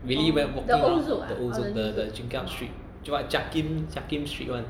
really went walking around the old zouk ah the the jiak kim street what jiak kim jiak kim street [one]